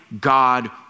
God